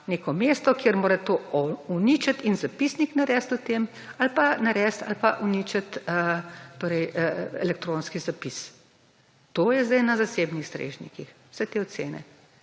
neko mesto, kjer mora to uničiti in zapisnik narediti o tem ali pa uničiti elektronski zapis. To je zdaj na zasebnih strežnikih, vse te ocene.